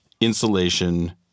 insulation